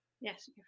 Yes